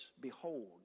Behold